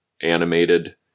animated